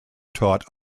taught